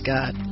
God